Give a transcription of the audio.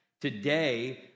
Today